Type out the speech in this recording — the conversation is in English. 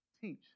teach